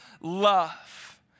love